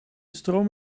stroom